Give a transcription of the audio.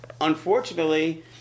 unfortunately